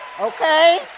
Okay